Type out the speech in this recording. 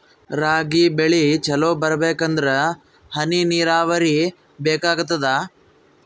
ರಾಗಿ ಬೆಳಿ ಚಲೋ ಬರಬೇಕಂದರ ಹನಿ ನೀರಾವರಿ ಬೇಕಾಗತದ?